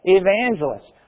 evangelists